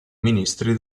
ministri